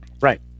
right